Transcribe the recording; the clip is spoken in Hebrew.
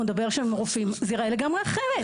נדבר שם עם רופאים זה יראה לגמרי אחרת.